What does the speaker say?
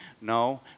no